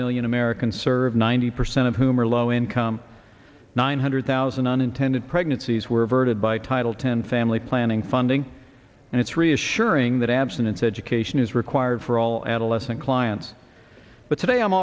million american serve ninety percent of whom are low income nine hundred thousand unintended pregnancies were voted by title ten family planning funding and it's reassuring that abstinence education is required for all adolescent clients but today i'm